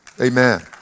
Amen